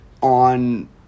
on